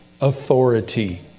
authority